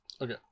Okay